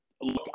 look